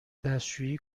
دستشویی